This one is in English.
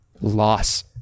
loss